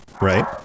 right